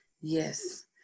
Yes